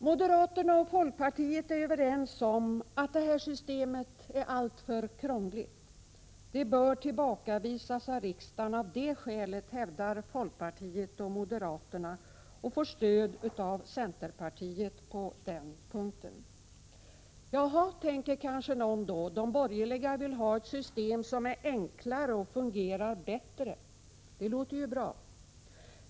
Moderaterna och folkpartiet är överens om att detta system är alltför krångligt. Det bör tillbakavisas av riksdagen av det skälet, hävdar folkpartiet och moderaterna, och får stöd av centerpartiet på den punkten. Jaha, tänker kanske någon då — de borgerliga vill ha ett system som är enklare och fungerar bättre. Det låter ju bra.